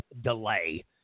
delay